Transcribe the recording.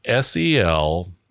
SEL